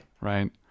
Right